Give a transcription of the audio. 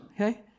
okay